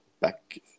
back